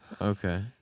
Okay